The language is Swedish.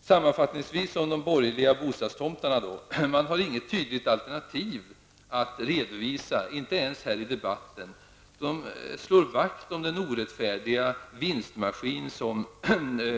Sammanfattningsvis några ord om de ''borgerliga bostadstomtarna''. Man har inget tydligt alternativ att redovisa, inte ens här i debatten. Man slår vakt om den orättfärdiga vinstmaskin som